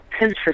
Pinterest